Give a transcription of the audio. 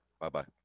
Bye-bye